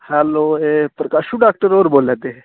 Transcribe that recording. hello एह् प्रकाशु doctor होर बोल्ला दे